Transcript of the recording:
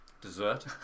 Dessert